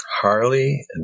Harley